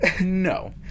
No